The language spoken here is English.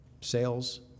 sales